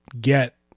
get